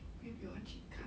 maybe 我要去看